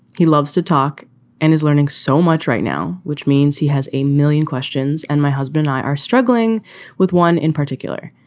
he loves to talk and is learning so much right now, which means he has a million questions. and my husband are struggling with one in particular,